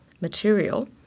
material